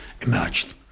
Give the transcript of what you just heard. emerged